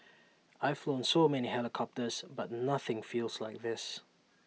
I've flown so many helicopters but nothing feels like this